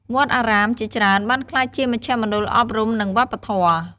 វត្តអារាមជាច្រើនបានក្លាយជាមជ្ឈមណ្ឌលអប់រំ និងវប្បធម៌។